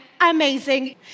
amazing